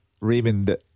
Raymond